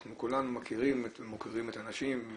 אנחנו כולנו מכירים ומוקירים את האנשים,